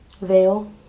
Veil